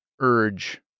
urge